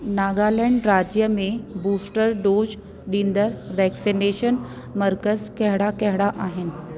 नागालैंड राज्य में booster dose ॾींदड़ वैक्सनेशन मर्कज़ कहिड़ा कहिड़ा आहिनि